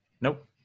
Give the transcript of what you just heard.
Nope